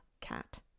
Cat